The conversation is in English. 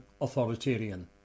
authoritarian